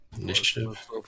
Initiative